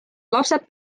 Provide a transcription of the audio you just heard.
lapsed